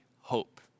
hope